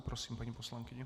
Prosím, paní poslankyně.